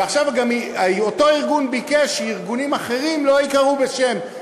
ועכשיו גם אותו ארגון ביקש שארגונים אחרים לא ייקראו בשם.